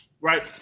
Right